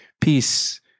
peace